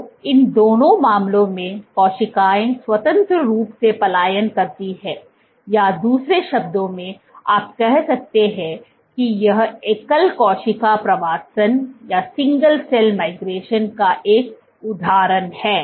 तो इन दोनों मामलों में कोशिकाएं स्वतंत्र रूप से पलायन करती हैं या दूसरे शब्दों में आप कह सकते हैं कि यह एकल कोशिका प्रवासन का एक उदाहरण है